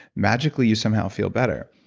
magically you somehow feel better.